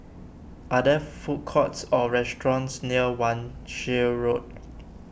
are there food courts or restaurants near Wan Shih Road